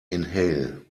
inhale